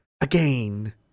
Again